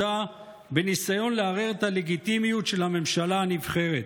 בניסיון לערער את הלגיטימיות של הממשלה הנבחרת.